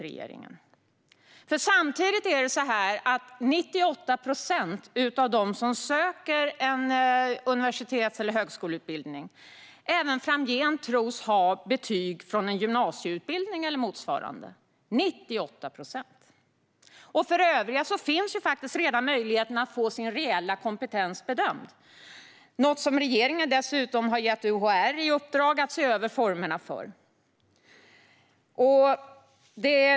Det är ju samtidigt så att 98 procent av dem som söker en universitets eller högskoleutbildning även framgent tros ha betyg från en gymnasieutbildning eller motsvarande. För övriga finns redan möjligheten att få sin reella kompetens bedömd, något som regeringen dessutom har gett UHR i uppdrag att se över formerna för.